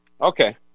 Okay